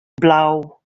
blau